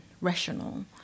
rational